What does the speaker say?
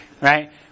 right